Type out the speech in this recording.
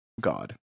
God